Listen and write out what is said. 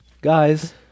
Guys